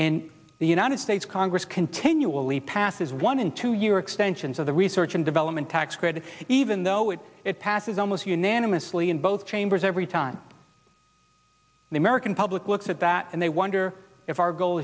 in the united states congress continually passes one and two year extensions of the research and development tax credit even though it passes almost unanimously in both chambers every time the american public looks at that and they wonder if our goal